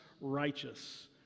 righteous